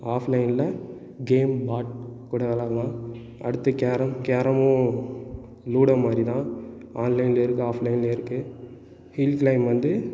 ஆஃப்லைனில் கேம் கூட விளையாடலாம் அடுத்து கேரம் கேரமும் லூடோ மாதிரி தான் ஆன்லைன்லேயும் இருக்குது ஆஃப்லைன்லயும் இருக்குது ஹில்லைம் வந்து